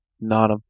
none